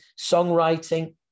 songwriting